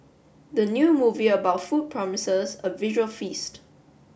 the new movie about food promises a visual feast